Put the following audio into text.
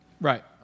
Right